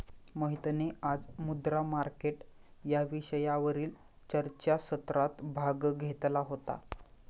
मोहितने आज मुद्रा मार्केट या विषयावरील चर्चासत्रात भाग घेतला होता